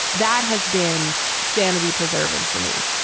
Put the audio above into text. that has been sanity preserving for me.